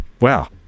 Wow